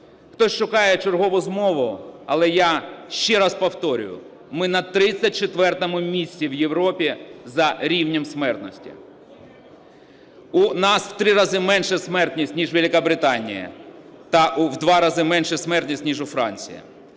Хтось шукає чергову змогу, але я ще раз повторюю, ми на 34 місці в Європі за рівнем смертності. У нас в три рази менше смертність, ніж в Великобританії та в два рази менша смертність, ніж у Франції.